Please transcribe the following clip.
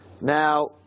Now